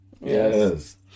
Yes